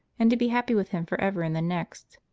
and to be happy with him forever in the next.